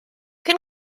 can